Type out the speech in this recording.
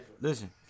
listen